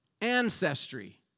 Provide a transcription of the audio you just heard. ancestry